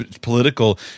political –